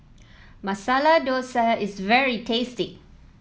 Masala Dosa is very tasty